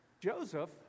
Joseph